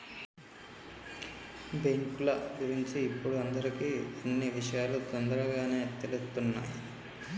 బ్యేంకుల గురించి ఇప్పుడు అందరికీ అన్నీ విషయాలూ తొందరగానే తెలుత్తున్నయ్